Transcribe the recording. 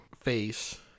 face